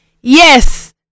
Yes